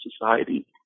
society